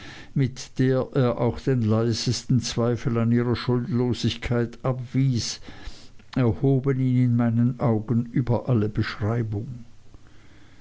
mit der er auch den leisesten zweifel an ihrer schuldlosigkeit abwies erhoben ihn in meinen augen über alle beschreibung